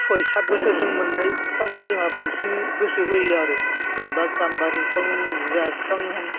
सय सातबोसोरजों मोननाय बिफांखौ जोंहा बांसिन गोसो होयो आरो जेन'बा गाम्बारि बिफां नो जिया बिफां होन